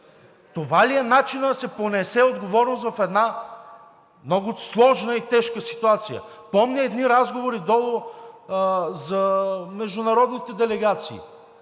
Това ли е начинът да се понесе отговорност в една много сложна и тежка ситуация. Помня едни разговори долу за международните делегации